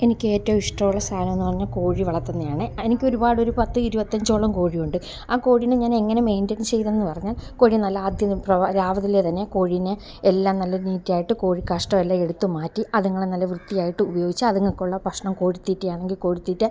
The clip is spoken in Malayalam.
എനിക്കേറ്റവും ഇഷ്ടമുള്ള സാധനമെന്നു പറഞ്ഞാൽ കോഴി വളത്തുന്നതാണെ എനിക്കൊരുപാട് ഒരു പത്ത് ഇരുപത്തഞ്ചോളം കോഴിയുണ്ട് ആ കോഴീനെ ഞാൻ എങ്ങനെ മെയിൻറ്റൈൻ ചെയ്തതെന്നു പറഞ്ഞാൽ കോഴി നല്ല ആദ്യം രാവിലെ തന്നെ കോഴീനെ എല്ലാം നല്ല നീറ്റായിട്ട് കോഴി കാഷ്ടമെല്ലാം എടുത്തു മാറ്റി അതുങ്ങളെ നല്ല വൃത്തിയായിട്ട് ഉപയോഗിച്ച് അതുങ്ങൾക്കുള്ള ഭക്ഷണം കോഴിത്തീറ്റയാണെങ്കിൽ കോഴിത്തീറ്റ